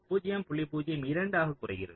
02 குறைகிறது